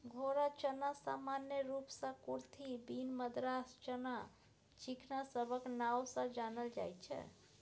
घोड़ा चना सामान्य रूप सँ कुरथी, बीन, मद्रास चना, चिकना सबक नाओ सँ जानल जाइत छै